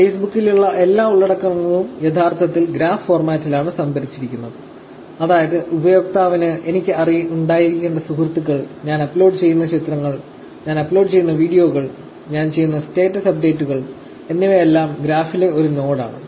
ഫേസ്ബുക്കിലെ എല്ലാ ഉള്ളടക്കങ്ങളും യഥാർത്ഥത്തിൽ ഗ്രാഫ് ഫോർമാറ്റിലാണ് സംഭരിച്ചിരിക്കുന്നത് അതായത് ഉപയോക്താവിന് എനിക്ക് ഉണ്ടായിരിക്കേണ്ട സുഹൃത്തുക്കൾ ഞാൻ അപ്ലോഡ് ചെയ്യുന്ന ചിത്രങ്ങൾ ഞാൻ അപ്ലോഡ് ചെയ്യുന്ന വീഡിയോകൾ ഞാൻ ചെയ്യുന്ന സ്റ്റാറ്റസ് അപ്ഡേറ്റുകൾ എന്നിവയെല്ലാം ഗ്രാഫിലെ ഒരു നോഡാണ്